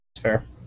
Fair